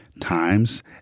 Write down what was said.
times